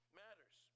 matters